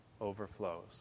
overflows